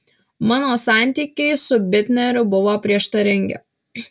mano santykiai su bitneriu buvo prieštaringi